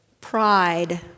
pride